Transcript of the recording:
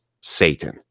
Satan